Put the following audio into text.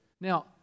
Now